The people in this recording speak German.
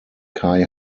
kai